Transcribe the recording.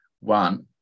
one